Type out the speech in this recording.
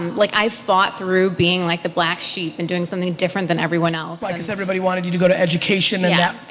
like i fought through being like the black sheep and doing something different than everyone else. why? because everybody wanted to you to go to education yeah